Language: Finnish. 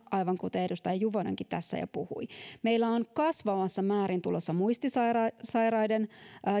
aivan kuten edustaja juvonenkin tässä jo puhui meillä on kasvavassa määrin tulossa muistisairaiden